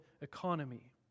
economy